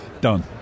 done